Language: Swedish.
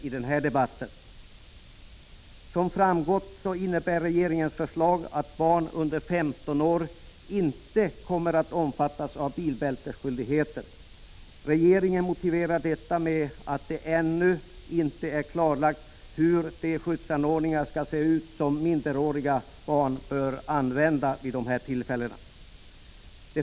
Som framgått av debatten innebär regeringens förslag att barn under 15 år inte kommer att omfattas av bilbältesskyldigheten. Regeringen motiverar detta med att det ännu inte är klarlagt hur de skyddsanordningar skall se ut som minderåriga barn bör använda.